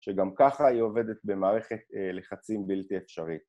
שגם ככה היא עובדת במערכת לחצים בלתי אפשרית